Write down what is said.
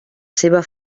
seva